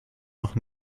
noch